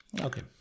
Okay